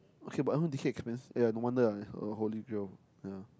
okay but I want D_K expensive !aiya! no wonder lah is the holy grill ya